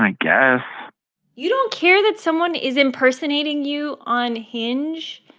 i guess you don't care that someone is impersonating you on hinge?